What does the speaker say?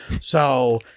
So-